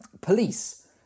police